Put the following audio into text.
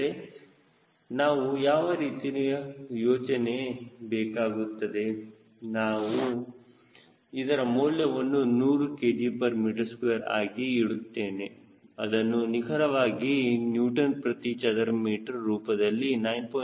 ಆದರೆ ನಾವು ಯಾವ ರೀತಿಯಲ್ಲಿ ಯೋಚಿಸಬೇಕಾಗುತ್ತದೆ ನಾನು ಇದರ ಮೌಲ್ಯವನ್ನು 100 kgm2 ಆಗಿ ಇಡುತ್ತೇನೆ ಅದನ್ನು ನಿಖರವಾಗಿ ನ್ಯೂಟನ್ ಪ್ರತಿ ಚದರ ಮೀಟರ್ ರೂಪದಲ್ಲಿ 9